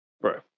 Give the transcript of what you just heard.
bro